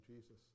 Jesus